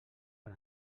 per